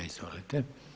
Izvolite.